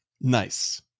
Nice